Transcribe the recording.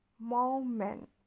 Moment